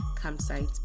campsite